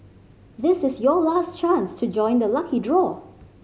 this is your last chance to join the lucky draw